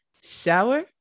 shower